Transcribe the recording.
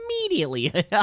immediately